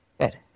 Good